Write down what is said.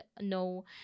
no